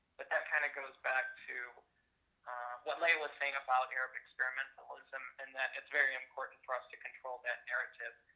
but that kind of goes back to what leyya was saying about arab experimentalism and that it's very important for us to control that narrative.